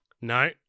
No